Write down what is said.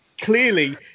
Clearly